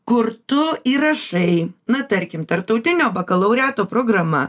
kur tu įrašai na tarkim tarptautinio bakalaureato programa